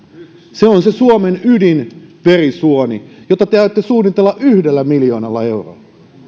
se on se suomen ydinverisuoni jota te aiotte suunnitella yhdellä miljoonalla eurolla